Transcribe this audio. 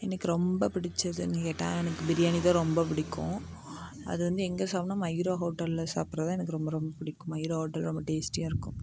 எனக்கு ரொம்ப பிடிச்சதுனு கேட்டால் எனக்கு பிரியாணி தான் ரொம்ப பிடிக்கும் அது வந்து எங்கே சாப்புடன்னா மயூரா ஹோட்டலில் சாப்பிடுறது தான் எனக்கு ரொம்ப ரொம்ப பிடிக்கும் மயூரா ஹோட்டல் ரொம்ப டேஸ்ட்டியாக இருக்கும்